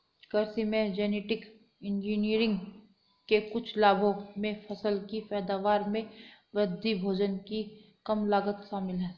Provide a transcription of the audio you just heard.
कृषि में genetic engineering के कुछ लाभों में फसल की पैदावार में वृद्धि, भोजन की कम लागत शामिल हैं